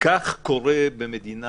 שכך קורה במדינה